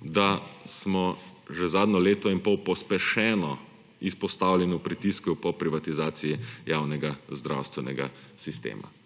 da smo že zadnje leto in pol pospešeno izpostavljeni pritisku po privatizaciji javnega zdravstvenega sistema.